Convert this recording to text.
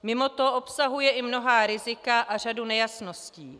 Mimo to obsahuje i mnohá rizika a řadu nejasností.